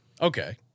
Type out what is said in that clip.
Okay